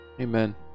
Amen